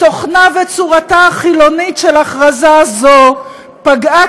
"תוכנה וצורתה החילונית של הכרזה זו פגעו